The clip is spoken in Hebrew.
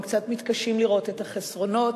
הם קצת מתקשים לראות את החסרונות.